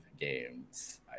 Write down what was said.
games